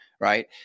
Right